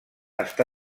està